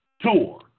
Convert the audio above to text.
tour